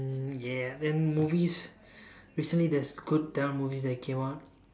ya then movies recently there's good tamil movies that came out